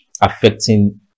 affecting